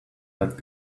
that